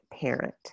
parent